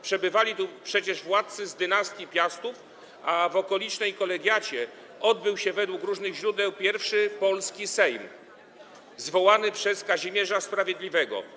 Przebywali tu przecież władcy z dynastii Piastów, a w okolicznej kolegiacie odbył się, według różnych źródeł, pierwszy polski Sejm zwołany przez Kazimierza Sprawiedliwego.